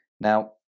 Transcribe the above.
Now